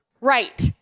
Right